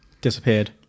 Disappeared